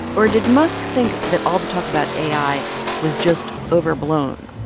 or did musk think that all the talk about ai was just overblown?